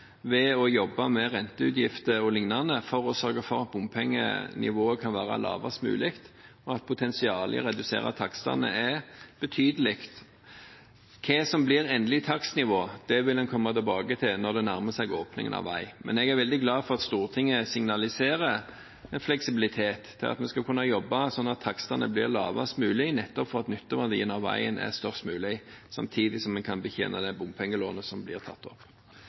ved å jobbe med renteutgifter o.l. for å sørge for at bompengenivået kan være lavest mulig, og at potensialet i å redusere takstene er betydelig. Hva som blir endelig takstnivå, vil en komme tilbake til når det nærmer seg åpning av veien, men jeg er veldig glad for at Stortinget signaliserer en fleksibilitet, slik at vi kan jobbe for at takstene blir lavest mulig, nettopp for at nytteverdien av veien blir størst mulig, samtidig som vi kan betjene det bompengelånet som blir tatt opp.